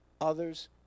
others